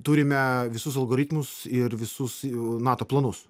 turime visus algoritmus ir visus nato planus